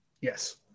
Yes